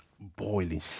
boiling